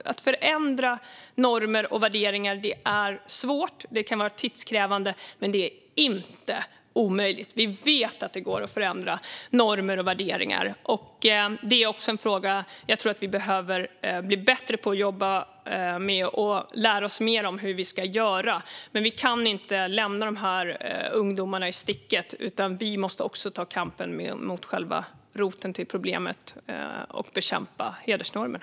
Att förändra normer och värderingar är svårt och kan vara tidskrävande, men det är inte omöjligt. Vi vet att det går att förändra normer och värderingar. Det är något som jag tror att vi behöver bli bättre på att jobba med. Vi behöver lära oss mer om hur vi ska göra. Vi kan inte lämna de här ungdomarna i sticket, utan vi måste också ta kampen mot själva roten till problemet och bekämpa hedersnormerna.